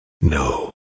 No